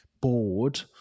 bored